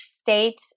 state